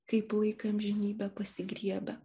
kaip laiką amžinybę pasigriebia